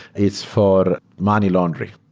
it's for money laundering.